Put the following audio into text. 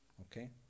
Okay